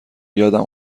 یادم